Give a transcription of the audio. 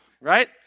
Right